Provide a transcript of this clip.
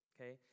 okay